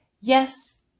Yes